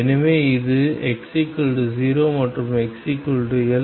எனவே இது x0 மற்றும் xL